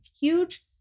Huge